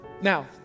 Now